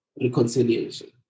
reconciliation